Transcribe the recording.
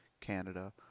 Canada